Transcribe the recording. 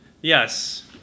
yes